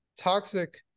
toxic